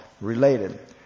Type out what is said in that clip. related